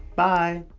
bye!